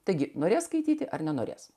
taigi norės skaityti ar nenorės